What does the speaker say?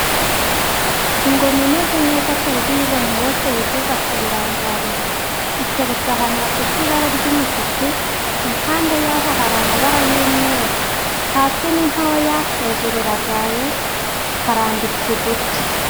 Ingoma imeze neza ku buryo uyibonye wese yifuza kuyirangarira. Iteretse ahantu hafite ibara ry'umutuku, impande yaho hari amabara y'umweru. Hasi ni ntoya, hejuru iragaye, harambitse uduti.